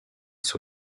sur